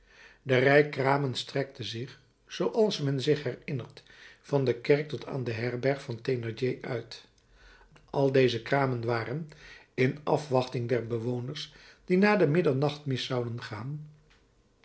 de rij kramen strekte zich zooals men zich herinnert van de kerk tot aan de herberg van thénardier uit al deze kramen waren in afwachting der inwoners die naar de middernachtmis zouden gaan